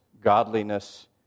godliness